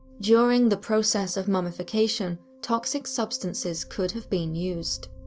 during the process of mummification, toxic substances could have been used.